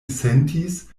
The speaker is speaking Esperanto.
sentis